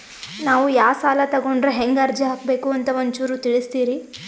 ನಾವು ಯಾ ಸಾಲ ತೊಗೊಂಡ್ರ ಹೆಂಗ ಅರ್ಜಿ ಹಾಕಬೇಕು ಅಂತ ಒಂಚೂರು ತಿಳಿಸ್ತೀರಿ?